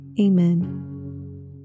Amen